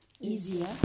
easier